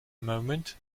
moment